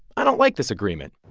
i don't like this agreement